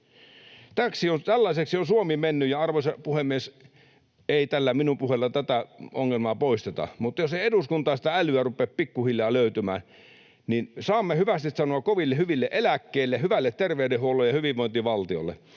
Tällaiseksi on Suomi mennyt, ja, arvoisa puhemies, ei tällä minun puheellani tätä ongelmaa poisteta, mutta jos ei eduskuntaan sitä älyä rupea pikkuhiljaa löytymään, niin saamme hyvästit sanoa koville, hyville eläkkeille, hyvälle terveydenhuollolle ja hyvinvointivaltiolle,